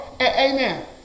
Amen